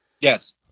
Yes